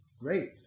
great